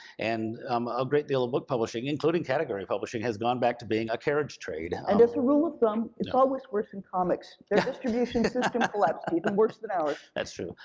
and a great deal of book publishing, including category publishing, has gone back to being a carriage trade. and and as a rule of thumb, it's always worse in comics. their distribution system collapsed and even worse than ours. that's true.